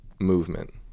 movement